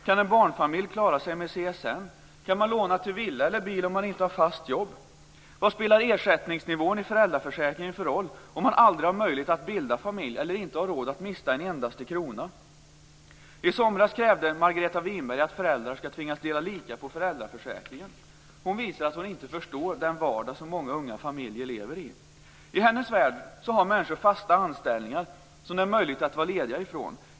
Kan en barnfamilj klara sig med pengar från CSN? Kan man låna till villa eller bil om man inte har fast jobb? Vad spelar ersättningsnivån i föräldraförsäkringen för roll om man aldrig har möjlighet att bilda familj eller inte har råd att mista en endaste krona? I somras krävde Margareta Winberg att föräldrar ska tvingas dela lika på föräldraförsäkringen. Hon visade att hon inte förstår den vardag som många unga familjer lever i. I hennes värld har människor fasta anställningar som det är möjligt att vara lediga ifrån.